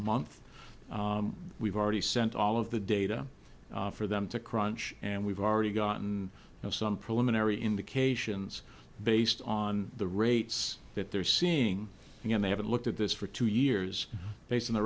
month we've already sent all of the data for them to crunch and we've already gotten some preliminary indications based on the rates that they're seeing and they haven't looked at this for two years